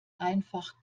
einfach